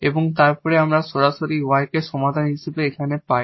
এবং তারপর আমরা সরাসরি এই y কে সমাধান হিসাবে এখানে পাই